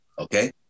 okay